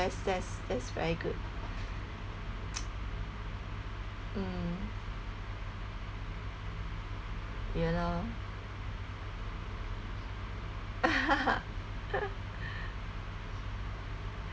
invest that's that's very good mm ya lor